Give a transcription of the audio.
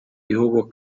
bihugu